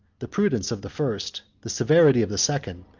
the prudence of the first, the severity of the second,